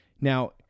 Now